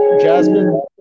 Jasmine